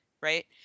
Right